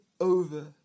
over